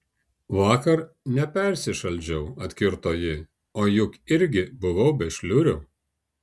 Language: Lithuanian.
vakar nepersišaldžiau atkirto ji o juk irgi buvau be šliurių